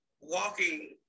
walking